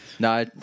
No